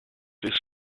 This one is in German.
ist